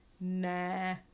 nah